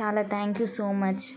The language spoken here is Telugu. చాలా థ్యాంక్ యూ సో మచ్